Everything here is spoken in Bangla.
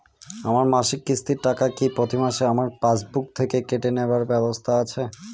আমার মাসিক কিস্তির টাকা কি প্রতিমাসে আমার পাসবুক থেকে কেটে নেবার ব্যবস্থা আছে?